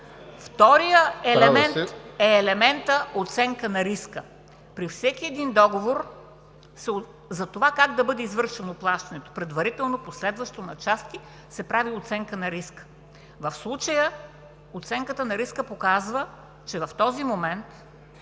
Вторият елемент е елементът оценка на риска. При всеки един договор за това как да бъде извършено плащането – предварително, последващо, на части се прави оценка на риска. В случая оценката на риска показва, че в този момент